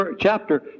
chapter